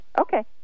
Okay